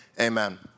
amen